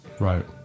Right